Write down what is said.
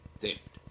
theft